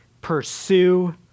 pursue